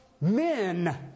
men